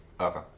Okay